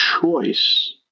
choice